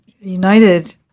united